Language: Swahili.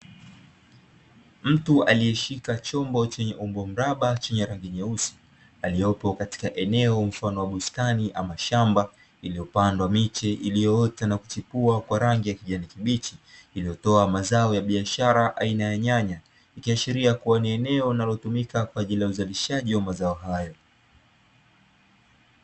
Mtu aliyeshika chombo chenye umbo mraba, chenye rangi nyeusi, aliopo katika eneo mfano wa bustani ama shamba, iliyopandwa miche iliyoota na kichipua, kwa rangi ya kijani kibichi, iliyotoa mazao ya biashara aina ya nyanya, ikiashiria kuwa ni eneo linalotumika kwa ajili ya uzalishaji wa mazao hayo.